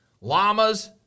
llamas